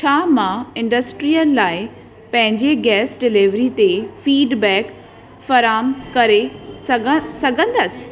छा मां इंडस्ट्रियल लाइ पंहिंजी गैस डिलेवरी ते फीडबैक फ़राहमु करे सघां सघंदसि